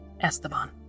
Esteban